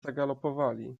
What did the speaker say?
zagalopowali